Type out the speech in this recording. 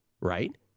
right